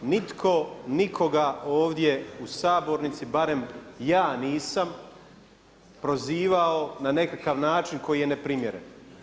Nitko nikoga ovdje u sabornici, barem ja nisam prozivao na nekakav način koji je neprimjeren.